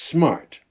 Smart